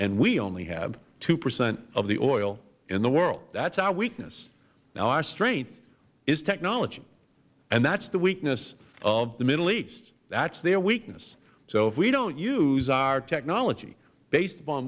and we only have two percent of the oil in the world that is our weakness now our strength is technology and that is the weakness of the middle east that is their weakness so if we don't use our technology based upon